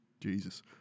Jesus